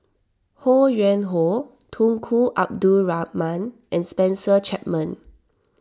Ho Yuen Hoe Tunku Abdul Rahman and Spencer Chapman